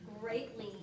greatly